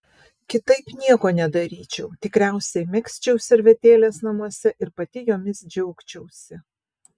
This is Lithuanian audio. kitaip nieko nedaryčiau tikriausiai megzčiau servetėles namuose ir pati jomis džiaugčiausi